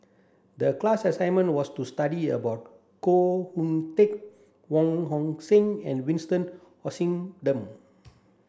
the class assignment was to study about Koh Hoon Teck Wong Hong Suen and Vincent Hoisington